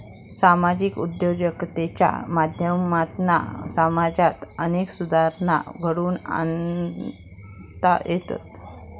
सामाजिक उद्योजकतेच्या माध्यमातना समाजात अनेक सुधारणा घडवुन आणता येतत